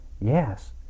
yes